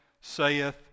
saith